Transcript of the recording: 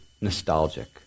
nostalgic